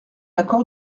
accord